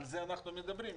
על זה אנחנו מדברים.